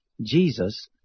Jesus